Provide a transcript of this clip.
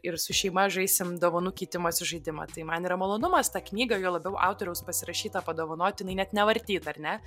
ir su šeima žaisim dovanų keitimosi žaidimą tai man yra malonumas tą knygą juo labiau autoriaus pasirašytą padovanot jinai net nevartyta ar ne